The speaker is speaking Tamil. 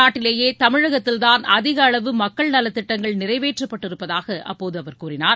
நாட்டிலேயே தமிழகத்தில்தான் அதிக அளவு மக்கள் நலத்திட்டங்கள் நிறைவேற்றப்பட்டிருப்பதாக அப்போது அவர் கூறினார்